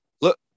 Look